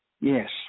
Yes